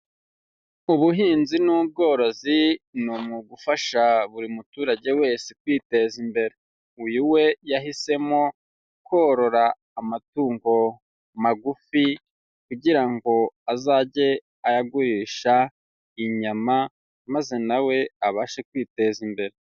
Ubuhinzi n'ubworozi ni umwuga ufasha buri muturage wese kwiteza imbere. Uyu we yahisemo korora amatungo magufi kugira ngo azajye agurisha inyama maze na we abashe kwiteza imbere.